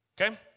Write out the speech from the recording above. Okay